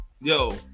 yo